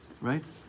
right